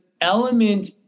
element